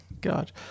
God